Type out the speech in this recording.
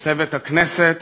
צוות הכנסת,